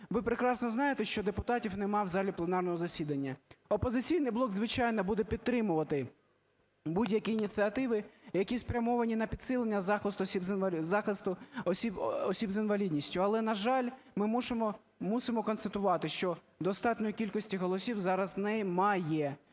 ви прекрасно знаєте, що депутатів немає в залі пленарного засідання. "Опозиційний блок", звичайно, буде підтримувати будь-які ініціативи, які спрямовані на підсилення захисту осіб з інвалідністю. Але, на жаль, ми мусимо констатувати, що достатньої кількості голосів зараз немає.